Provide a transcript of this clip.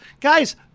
Guys